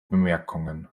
bemerkungen